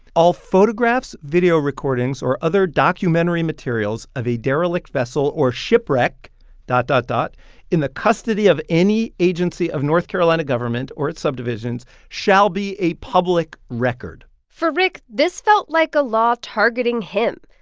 all photographs, video recordings or other documentary materials of a derelict vessel or shipwreck dot, dot, dot in the custody of any agency of north carolina government or its subdivisions shall be a public record. for rick, this felt like a law targeting him.